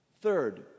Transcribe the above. third